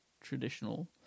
traditional